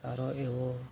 સારો એવો